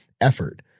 effort